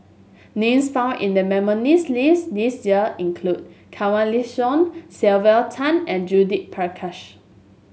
names found in the nominees' list this year include Kanwaljit Soin Sylvia Tan and Judith Prakash